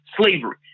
slavery